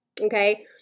Okay